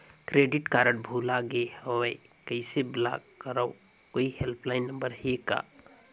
Credit card भुला गे हववं कइसे ब्लाक करव? कोई हेल्पलाइन नंबर हे का?